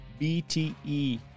BTE